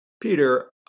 Peter